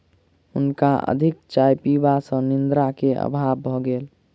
हुनका अधिक चाय पीबा सॅ निद्रा के अभाव भ गेल